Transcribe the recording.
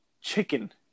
chicken